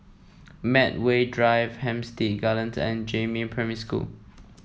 Medway Drive Hampstead Gardens and Jiemin Primary School